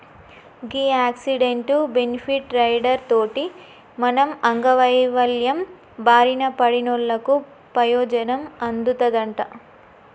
గీ accident, benefit rider తోటి మనం అంగవైవల్యం బారిన పడినోళ్ళకు పెయోజనం అందుతదంట